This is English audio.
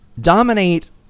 dominate